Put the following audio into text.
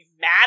mad